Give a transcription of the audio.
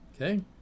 Okay